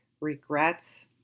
regrets